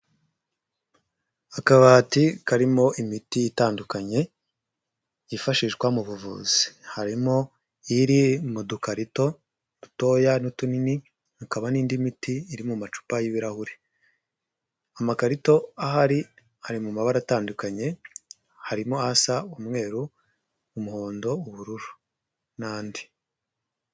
Akabati karimo imiti itandukanye, yifashishwa mu buvuzi, harimo iri mu dukarito, dutoya n'utunini, hakaba n'indi miti iri mu macupa y'ibirahure, amakarito aho ari, ari mu mabara atandukanye, harimo asa umweru, umuhondo, ubururu n'andi.